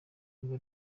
ubwo